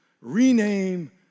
rename